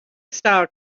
style